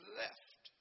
left